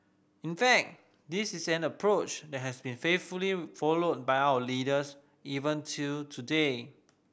in fact this is an approach that has been faithfully followed by our leaders even till today